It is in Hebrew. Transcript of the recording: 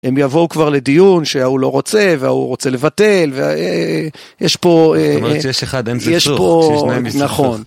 הם יבואו כבר לדיון שההוא לא רוצה והוא רוצה לבטל ויש פה נכון.